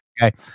Okay